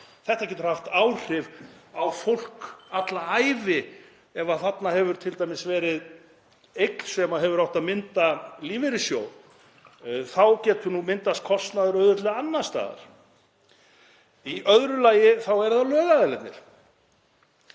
Þetta getur haft áhrif á fólk alla ævi. Ef þarna hefur t.d. verið eign sem hefur átt að mynda lífeyrissjóð þá getur myndast kostnaður auðveldlega annars staðar. Í öðru lagi eru það lögaðilarnir.